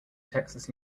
texas